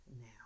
now